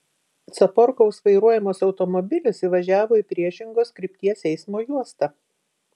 caporkaus vairuojamas automobilis įvažiavo į priešingos krypties eismo juostą